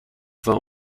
war